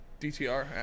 DTR